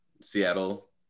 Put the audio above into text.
Seattle